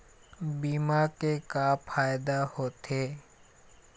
बीमा के का फायदा होते?